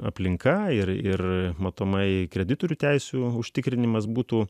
aplinka ir ir matomai kreditorių teisių užtikrinimas būtų